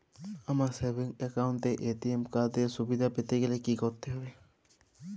আমার savings account এ ATM card এর সুবিধা পেতে গেলে কি করতে হবে?